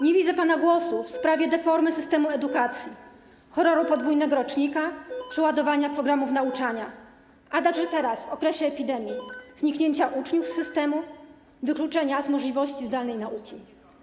Nie słyszę pana głosu w sprawach deformy systemu edukacji, horroru podwójnego rocznika, przeładowania programów nauczania, a także teraz, w okresie epidemii, w sprawie zniknięcia uczniów z systemu nauczania, wykluczenia z możliwości zdalnej nauki.